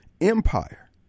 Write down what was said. empire